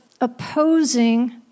opposing